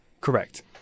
Correct